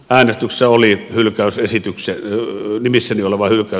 äänestyksessä oli nimissäni oleva hylkäysesitys